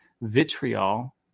vitriol